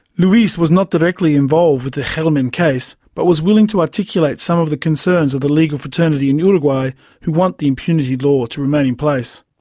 luis was not directly involved with the gelman case but was willing to articulate some of the concerns of the legal fraternity in uruguay who want the impunity law to remain in place.